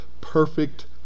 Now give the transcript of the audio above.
perfect